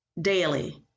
daily